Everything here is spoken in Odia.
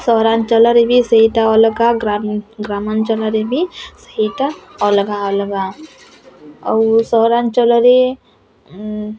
ସହରାଞ୍ଚଳରେ ବି ସେଇଟା ଅଲଗା ଗ୍ରାମାଞ୍ଚଳରେ ବି ସେଇଟା ଅଲଗା ଅଲଗା ଆଉ ସହରାଞ୍ଚଳରେ